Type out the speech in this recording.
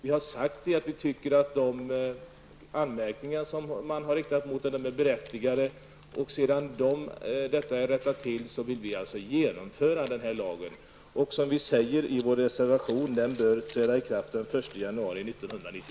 Vi har sagt att vi tycker att de anmärkningar som har riktats mot den är berättigade. När detta har rättats till vill vi införa denna lag. Vi säger i vår reservation att den bör träda i kraft den 1 januari